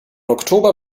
oktober